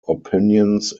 opinions